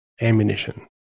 ammunition